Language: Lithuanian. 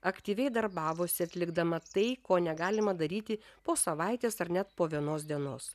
aktyviai darbavosi atlikdama tai ko negalima daryti po savaitės ar net po vienos dienos